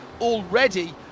already